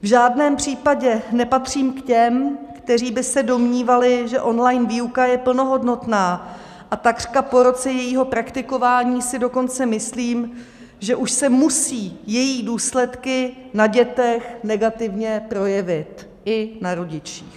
V žádném případě nepatřím k těm, kteří by se domnívali, že online výuka je plnohodnotná, a takřka po roce jejího praktikování si dokonce myslím, že už se musí její důsledky na dětech negativně projevit, i na rodičích.